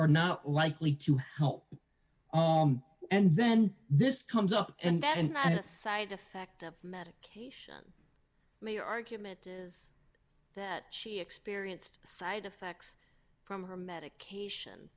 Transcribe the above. are not likely to help and then this comes up and that is not a side effect of medication me argument is that she experienced side effects from her medication